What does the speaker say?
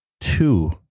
two